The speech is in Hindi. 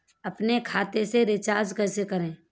अपने खाते से रिचार्ज कैसे करें?